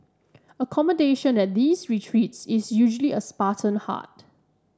accommodation at these retreats is usually a Spartan hut